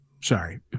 sorry